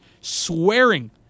swearing